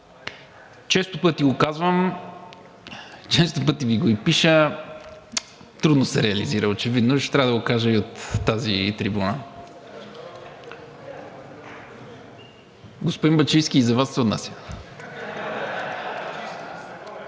Често пъти го казвам, често пъти Ви го и пиша – трудно се реализира, очевидно трябва да го кажа и от тази трибуна. Господин Бачийски, и за Вас се отнася!